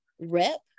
Rep